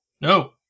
No